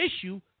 issue